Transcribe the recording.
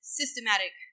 systematic